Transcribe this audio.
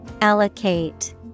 Allocate